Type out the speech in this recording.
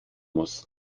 muss